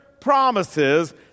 promises